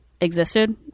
existed